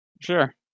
Sure